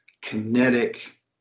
kinetic